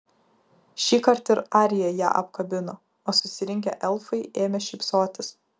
šįkart ir arija ją apkabino o susirinkę elfai ėmė šypsotis